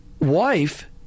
wife